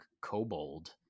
kobold